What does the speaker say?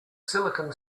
silicon